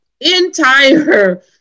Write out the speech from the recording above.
entire